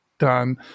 Done